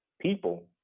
people